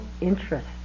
interest